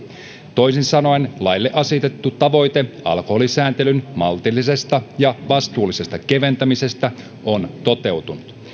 toisin sanoen laille asetettu tavoite alkoholisääntelyn maltillisesta ja vastuullisesta keventämisestä on toteutunut